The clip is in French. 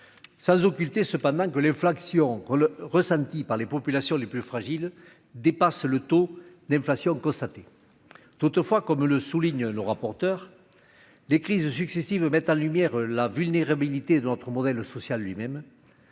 sans occulter cependant que l'infraction quand le ressenti par les populations les plus fragiles dépasse le taux d'inflation constatée, toutefois, comme le souligne le rapporteur des crises successives, mettre en lumière la vulnérabilité de notre modèle social lui-même,